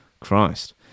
Christ